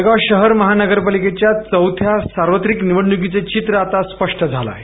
जळगाव शहर महानगरपालिकेच्या चौथ्या सार्वत्रिक निवडणुकीचे चित्र आता स्पष्ट झाले आहे